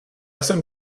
jsem